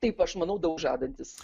taip aš manau daug žadantis